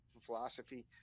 philosophy